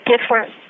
different